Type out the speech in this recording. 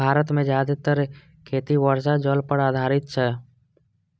भारत मे जादेतर खेती वर्षा जल पर आधारित छै